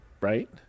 Right